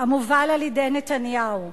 המובל על-ידי נתניהו,